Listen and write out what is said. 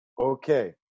Okay